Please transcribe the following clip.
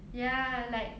ya like